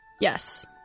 Yes